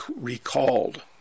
recalled